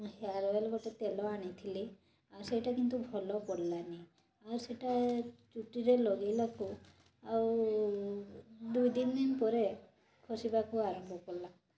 ମୁଁ hair oil ଗୋଟେ ତେଲ ଆଣିଥିଲି ଆଉ ସେଇଟା କିନ୍ତୁ ଭଲ ପଡ଼ିଲାନି ଆଉ ସେଇଟା ଚୁଟିରେ ଲଗେଇଲାକୁ ଆଉ ଦୁଇତିନି ଦିନ ପରେ ଖସିବାକୁ ଆରମ୍ଭ କଲା